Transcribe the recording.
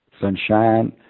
Sunshine